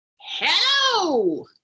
Hello